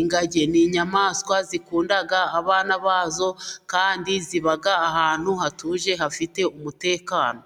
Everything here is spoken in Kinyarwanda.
ingagi n'inyamaswa zikunda abana bazo kandi ziba ahantu hatuje hafite umutekano.